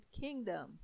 Kingdom